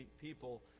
people